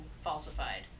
falsified